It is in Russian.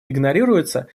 игнорируется